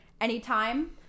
anytime